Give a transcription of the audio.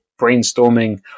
brainstorming